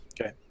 okay